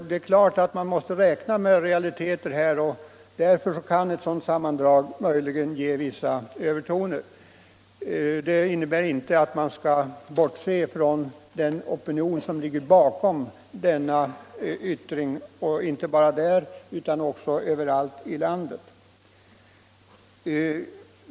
Det är klart att man måste räkna med realiteter — och ett sådant här sammandrag kan möjligen ge vissa övertoner. Det innebär inte att man skall bortse från den opinion som ligger bakom dessa meningsyttringar som förekommit på olika håll i landet.